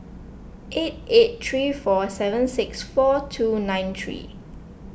eight eight three four seven six four two nine three